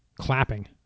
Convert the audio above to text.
clapping